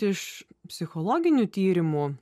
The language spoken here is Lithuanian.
iš psichologinių tyrimų